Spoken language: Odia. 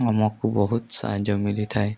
ଆମକୁ ବହୁତ ସାହାଯ୍ୟ ମିିଳିଥାଏ